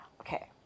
Okay